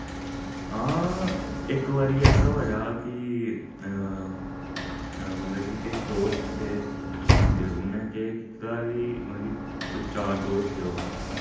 हां इक बारी ऐसा होएआ कि मतलब कि किश दोस्त हे ते उ'नें केह् कीते दा कि मतलब कि कोई चार दोस्त हे ओह्